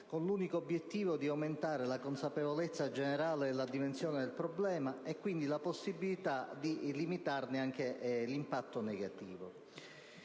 con l'unico obiettivo di aumentare la consapevolezza generale della dimensione del problema e quindi la possibilità di limitarne l'impatto negativo.